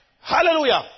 Hallelujah